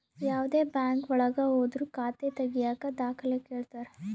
ಯಾವ್ದೇ ಬ್ಯಾಂಕ್ ಒಳಗ ಹೋದ್ರು ಖಾತೆ ತಾಗಿಯಕ ದಾಖಲೆ ಕೇಳ್ತಾರಾ